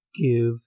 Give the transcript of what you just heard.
give